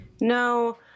No